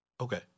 Okay